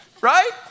Right